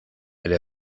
elle